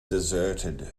deserted